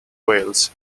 wales